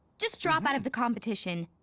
just drop out of the competition.